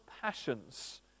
passions